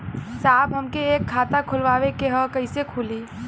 साहब हमके एक खाता खोलवावे के ह कईसे खुली?